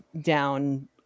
down